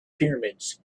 pyramids